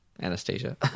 Anastasia